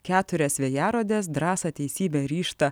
keturias vėjarodes drąsą teisybę ryžtą